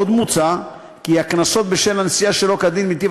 עוד מוצע כי הקנסות בשל נסיעה שלא כדין בנתיב